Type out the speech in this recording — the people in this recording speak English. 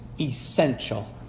essential